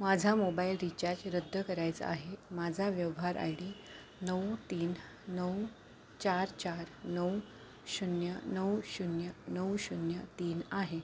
माझा mobile recharge रद्द करायचा आहे माझा व्यवहार आय डी नऊ तीन नऊ चार चार नऊ शून्य नऊ शून्य नऊ शून्य तीन आहे